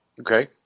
Okay